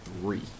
three